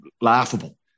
laughable